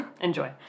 Enjoy